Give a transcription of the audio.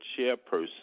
chairperson